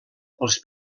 pels